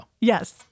Yes